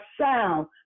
sound